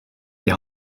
die